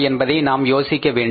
என்பதை நாம் யோசிக்க வேண்டும்